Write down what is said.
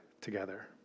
together